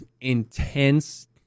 intense